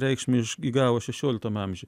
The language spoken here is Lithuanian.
reikšmę įgavo šešioliktam amžiuj